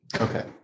Okay